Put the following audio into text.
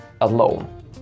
alone